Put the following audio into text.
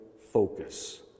focus